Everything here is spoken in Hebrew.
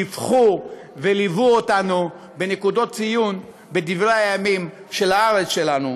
דיווחו וליוו אותנו בנקודות ציון בדברי הימים של הארץ שלנו.